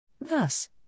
Thus